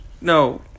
No